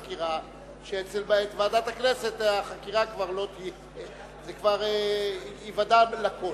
שאצל ועדת הכנסת החקירה כבר לא תהיה זה כבר ייוודע לכול,